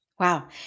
Wow